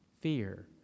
fear